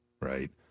right